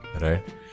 Right